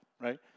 right